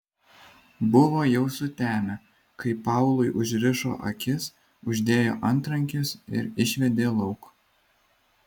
buvo jau sutemę kai paului užrišo akis uždėjo antrankius ir išvedė lauk